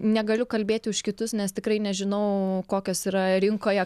negaliu kalbėti už kitus nes tikrai nežinau kokios yra rinkoje